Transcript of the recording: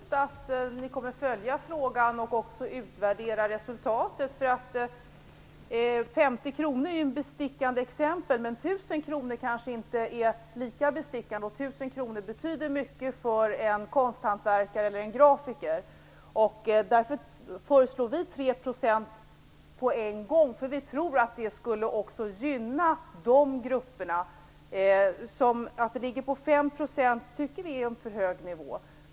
Fru talman! Jag ser det ändå som hoppfullt att ni kommer att följa frågan och också utvärdera resultatet. 50 kr är ju ett bestickande exempel, men 1 000 kr är kanske inte lika bestickande. 1 000 kr betyder mycket för en konsthantverkare eller en grafiker. Därför föreslog vi att man skulle införa 3 % med en gång, eftersom vi tror att detta skulle gynna också dessa grupper. Vi tycker att 5 % innebär en alltför hög nivå.